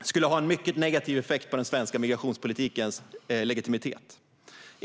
skulle ha en mycket negativ effekt på den svenska migrationspolitikens legitimitet.